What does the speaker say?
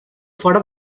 fora